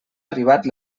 arribat